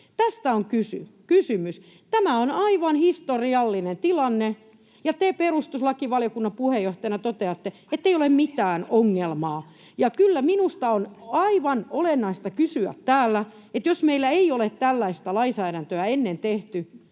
Tästä on kysymys. Tämä on aivan historiallinen tilanne, ja te perustuslakivaliokunnan puheenjohtajana toteatte, ettei ole mitään ongelmaa. Ja kyllä minusta on aivan olennaista kysyä täällä, jos meillä ei ole tällaista lainsäädäntöä ennen tehty,